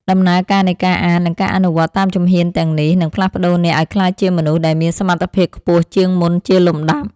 ដំណើរការនៃការអាន និងការអនុវត្តតាមជំហានទាំងនេះ នឹងផ្លាស់ប្តូរអ្នកឱ្យក្លាយជាមនុស្សដែលមានសមត្ថភាពខ្ពស់ជាងមុនជាលំដាប់។